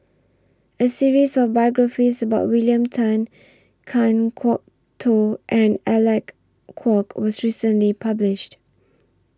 A series of biographies about William Tan Kan Kwok Toh and Alec Kuok was recently published